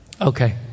Okay